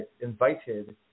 invited